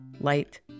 light